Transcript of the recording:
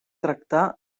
tractar